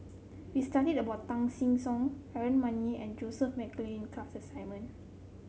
we studied about Tan Che Sang Aaron Maniam and Joseph McNally in class assignment